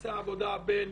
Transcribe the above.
יחסי העבודה בין